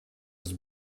was